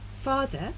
Father